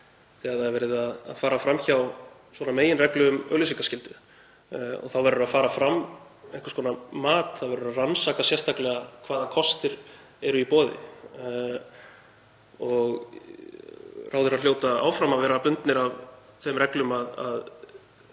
Þegar verið er að fara fram hjá svona meginreglu um auglýsingaskyldu þá verður að fara fram einhvers konar mat, verður að rannsaka sérstaklega hvaða kostir eru í boði og ráðherrar hljóta áfram að vera bundnir af þeim reglum að